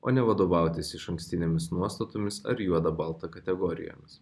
o ne vadovautis išankstinėmis nuostatomis ar juoda balta kategorijomis